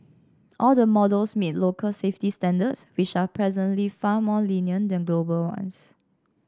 all the models meet local safety standards which are presently far more lenient than global ones